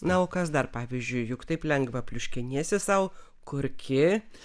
o kas dar pavyzdžiui juk taip lengva pliuškenuosi sau kurki